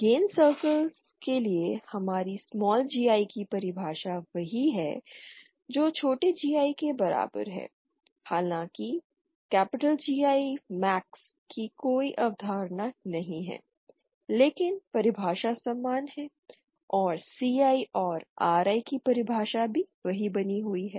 gain circles के लिए हमारी gi की परिभाषा वही है जो छोटे gi के बराबर है हालांकि GI मैक्स की कोई अवधारणा नहीं है लेकिन परिभाषा समान है और Ci और Ri की परिभाषा भी वही बनी हुई है